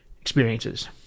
Experiences